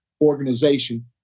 organization